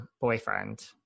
boyfriend